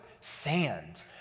sand